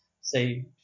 say